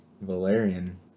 Valerian